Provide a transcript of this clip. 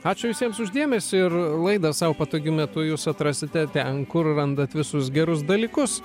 ačiū visiems už dėmesį ir laidą sau patogiu metu jūs atrasite ten kur randat visus gerus dalykus